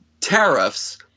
tariffs –